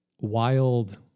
wild